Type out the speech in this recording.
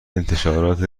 انتشارات